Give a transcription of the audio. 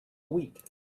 week